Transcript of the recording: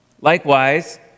Likewise